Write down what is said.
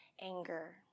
anger